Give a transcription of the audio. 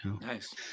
Nice